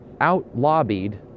out-lobbied